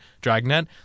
Dragnet